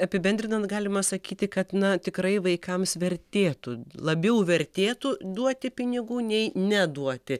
apibendrinant galima sakyti kad na tikrai vaikams vertėtų labiau vertėtų duoti pinigų nei neduoti